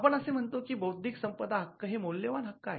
आपण असे म्हणतो की बौद्धिक संपदा हक्क हे मौल्यवान हक्क आहेत